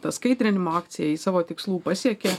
ta skaidrinimo akcija ji savo tikslų pasiekė